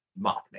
Mothman